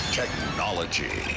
technology